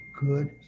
good